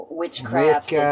witchcraft